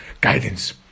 guidance